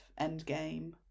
Endgame